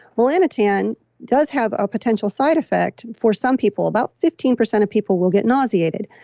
melanotan does have a potential side effect for some people. about fifteen percent of people will get nauseated.